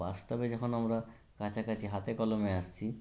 বাস্তবে যখন আমরা কাছাকাছি হাতে কলমে আসছি